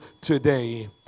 today